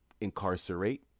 incarcerate